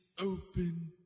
open